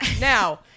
Now